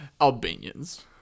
Albanians